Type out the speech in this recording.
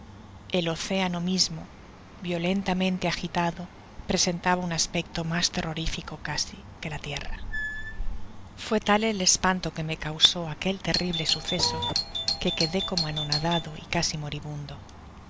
e oceano mismo violentamente agitado presentaba un aspecto mas terrorifico easi que la tierra fué tal el espanto que me causé aquel terrible suceso que quedé como anonadado y casi moribundo